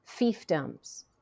fiefdoms